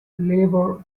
labour